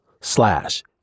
slash